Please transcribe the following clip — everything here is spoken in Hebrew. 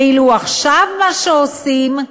ואילו עכשיו מה שעושים,